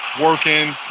working